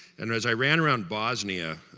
and as i ran around bosnia,